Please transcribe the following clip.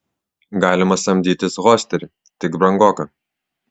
galima samdytis hosterį tik brangoka